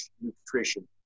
nutrition